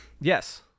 Yes